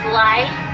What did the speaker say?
life